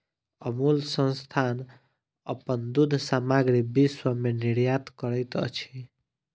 अमूल संस्थान अपन दूध सामग्री विश्व में निर्यात करैत अछि